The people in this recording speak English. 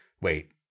Wait